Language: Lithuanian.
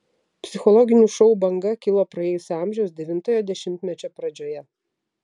psichologinių šou banga kilo praėjusio amžiaus devintojo dešimtmečio pradžioje